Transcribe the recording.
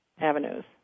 avenues